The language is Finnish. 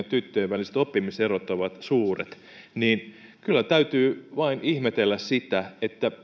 tyttöjen väliset oppimiserot ovat suuret niin kyllä täytyy vain ihmetellä sitä